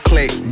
Click